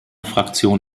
fraktion